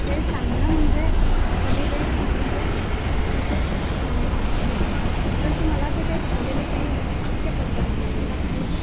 ते सांगणं म्हणजे कमी वेळेत सांगणं म्हणजे अतिशयच अवघड आहे परंतु मला जे काही भावलेले काही वाक्यप्रचार आहेत किंवा काही